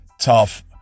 tough